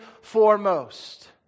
foremost